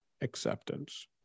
acceptance